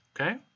okay